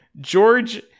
George